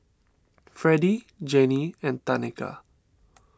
Fredie Janey and Tanika